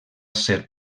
ser